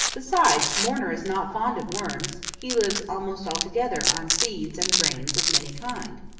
besides, mourner is not fond of worms he lives almost altogether on seeds and grains of many kinds.